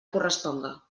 corresponga